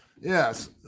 Yes